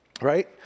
right